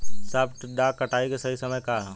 सॉफ्ट डॉ कटाई के सही समय का ह?